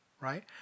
right